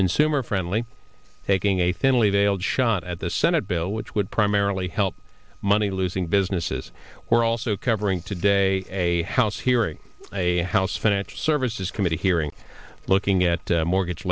consumer friendly taking a thinly veiled shot at the senate bill which would primarily help money losing businesses we're also covering today a house hearing a house financial services committee hearing looking at mortgage